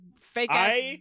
fake-ass